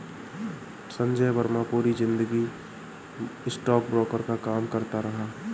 संजय वर्मा पूरी जिंदगी स्टॉकब्रोकर का काम करता रहा